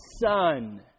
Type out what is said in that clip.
son